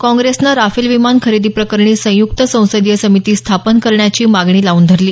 काँग्रेसनं राफेल विमान खरेदी प्रकरणी संयुक्त संसदीय समिती स्थापन करण्याची मागणी लावून धरली